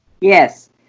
Yes